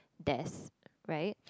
death right